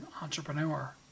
entrepreneur